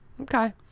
Okay